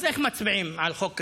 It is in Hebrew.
אז איך מצביעים על חוק כזה?